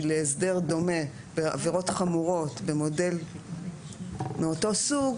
להסדר דומה בעבירות חמורות במודל מאותו סוג,